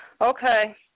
Okay